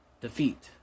Defeat